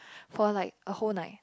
for like a whole night